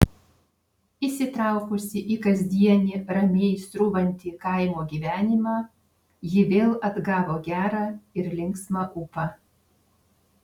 įsitraukusi į kasdienį ramiai srūvantį kaimo gyvenimą ji vėl atgavo gerą ir linksmą ūpą